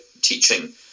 teaching